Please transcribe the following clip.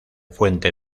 fuente